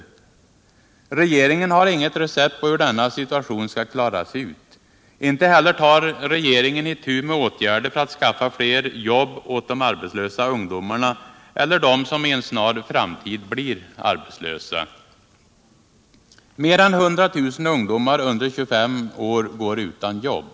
Regeringen har inget recept på hur denna situation skall klaras ut. Inte heller tar regeringen itu med åtgärder för att skaffa fler jobb åt de arbetslösa ungdomarna eller åt dem som i en snar framtid blir arbetslösa. Mer än 100 000 ungdomar under 25 år går utan jobb.